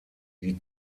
die